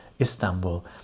Istanbul